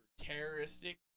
terroristic